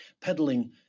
Peddling